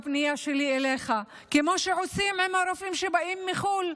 בפנייה שלי אליך: כמו שעושים לגבי הרופאים שבאים מחו"ל,